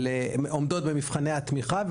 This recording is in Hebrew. עומדות במבחני התמיכה,